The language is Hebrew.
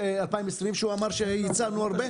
ב-2020, כשהוא אמר שייצרנו הרבה?